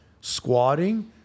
squatting